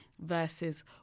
versus